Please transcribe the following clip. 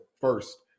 first